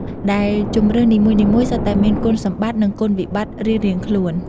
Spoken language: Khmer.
ដែលជម្រើសនីមួយៗសុទ្ធតែមានគុណសម្បត្តិ និងគុណវិបត្តិរៀងៗខ្លួន ។